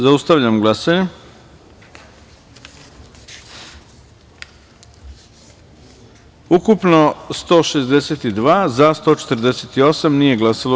Zaustavljam glasanje: ukupno- 162, za – 148, nije glasalo – 14.